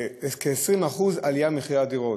כ-20% עלייה במחירי הדירות.